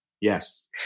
Yes